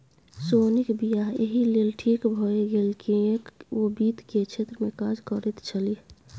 सोनीक वियाह एहि लेल ठीक भए गेल किएक ओ वित्त केर क्षेत्रमे काज करैत छलीह